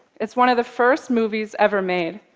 it's one of the first movies ever made,